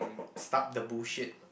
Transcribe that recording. start the bullshit